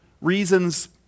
reasons